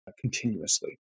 continuously